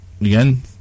again